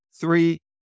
three